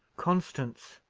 constance,